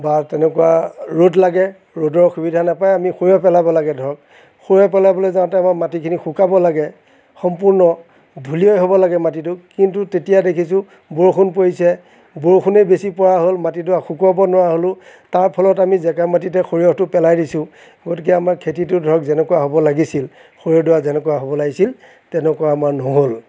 বা তেনেকুৱা ৰ'দ লাগে ৰ'দৰ সুবিধা নাপায় আমি সৰিয়হ পেলাব লাগে ধৰক সৰিয়হ পেলাবলৈ যাওঁতে আমাৰ মাটিখিনি শুকাব লাগে সম্পূৰ্ণ ধূলিময় হ'ব লাগে মাটিটো কিন্তু তেতিয়া দেখিছো বৰষুণেই পৰিছে বৰষুণে বেছি পৰা হ'ল য'ত মাটিডৰা শুকুৱাব নোৱাৰা হ'লোঁ তাৰফলত আমি জেকা মাটিতে সৰিয়হটো পেলাই দিছোঁ গতিকে আমাৰ খেতিতো ধৰক যেনেকুৱা হ'ব লাগিছিল সৰিয়হডৰা যেনেকুৱা হ'ব লাগিছিল তেনেকুৱা আমাৰ নহ'ল